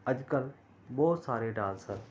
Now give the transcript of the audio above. ਅੱਜ ਕੱਲ੍ਹ ਬਹੁਤ ਸਾਰੇ ਡਾਂਸਰ